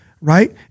Right